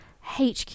HQ